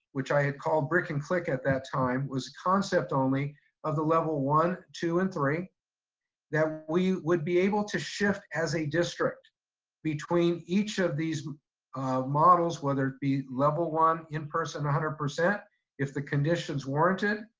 which i had called brick and click at that time, was concept only of the level one, two, and three that we would be able to shift as a district between each of these models, whether it be level one in person one hundred percent if the conditions warranted,